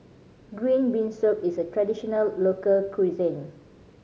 green bean soup is a traditional local cuisine